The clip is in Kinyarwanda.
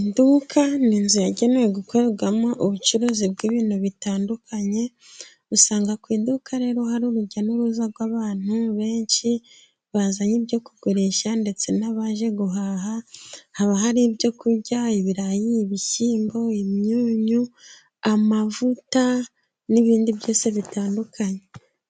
Iduka ni inzu yagenewe gukorerwamo ubucuruzi bw'ibintu bitandukanye. Usanga ku iduka rero hari urujya n'uruza rw'abantu benshi, bazanye ibyo kugurisha ndetse n'abaje guhaha. Haba hari ibyo kurya; ibirayi, ibishyimbo, imyunyu, amavuta n'ibindi byinshi bitandukanye.